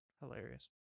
hilarious